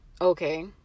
okay